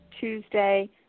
Tuesday